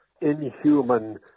inhuman